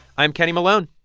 i'm kenny malone.